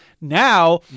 Now